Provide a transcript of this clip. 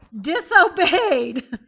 disobeyed